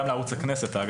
אגב, גם לערוץ הכנסת.